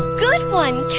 good one,